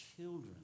children